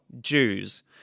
Jews